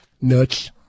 Nuts